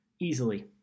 easily